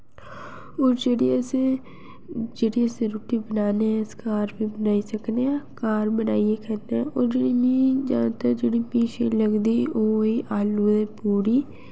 और जेह्ड़ी असें जेह्ड़ी असें रुट्टी बनाने अस घर बी बनाई सकने आं घर बनाइयै खन्ने आं और जेह्ड़ी मिं ज्यादातर मिं शैल लगदी ओह् होई आलू ते पूड़ी